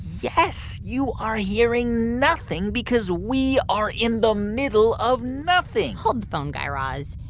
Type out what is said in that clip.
yes. you are hearing nothing because we are in the middle of nothing hold the phone, guy raz.